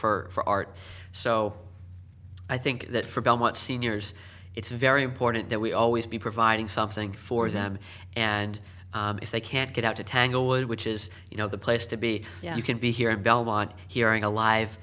for for art so i think that for belmont seniors it's very important that we always be providing something for them and if they can't get out to tanglewood which is you know the place to be you can be here in belmont hearing a live